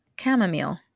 chamomile